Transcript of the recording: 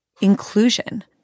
inclusion